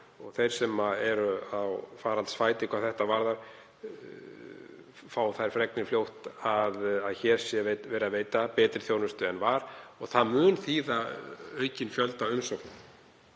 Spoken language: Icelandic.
þeir sem eru á faraldsfæti hvað þetta varðar fá þær fregnir fljótt að hér sé veitt betri þjónusta en áður. Það mun þýða aukinn fjölda umsókna.